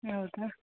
ಹೌದಾ